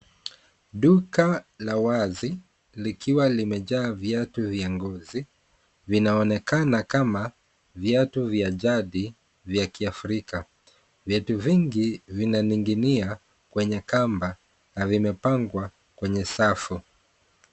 Duka la wazi likiwa limejaa viatu vya ngozi vinaonekana kuwa viatu vya jadi vya kiafrika, viatu vingi vinaning'inia kwenye kamba na vimepangwa kwenye safu.